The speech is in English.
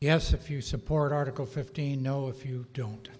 yes if you support article fifteen no if you don't